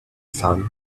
son